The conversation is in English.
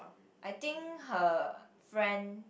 I think her friend